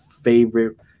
favorite